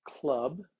club